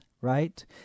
right